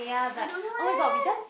I don't know